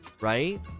right